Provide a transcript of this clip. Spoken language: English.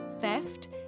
theft